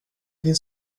finns